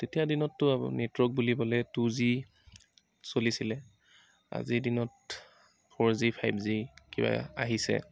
তেতিয়াৰ দিনতটো নেটৱৰ্ক বুলিবলৈ টু জি চলিছিলে আজিৰ দিনত ফ'ৰ জি ফাইভ জি কিবা আহিছে